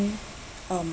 um